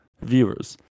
viewers